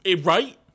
Right